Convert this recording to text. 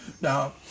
now